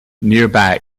nearby